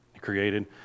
created